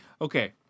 Okay